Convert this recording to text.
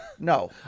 No